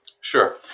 Sure